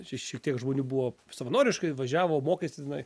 čia šiek tiek žmonių buvo savanoriškai važiavo mokėsi tenai